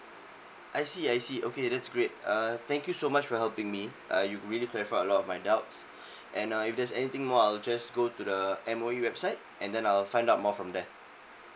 I see I see okay that's great uh thank you so much for helping me uh you really clarify a lot of my doubts and uh if there's anything more I'll just go to the M_O_E website and then I'll find out more from there